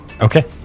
Okay